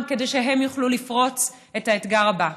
כדי שהן יוכלו לפרוץ את האתגר הבא.